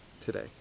today